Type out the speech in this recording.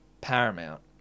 paramount